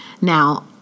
now